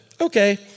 okay